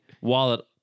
wallet